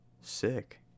Sick